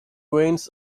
veins